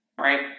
right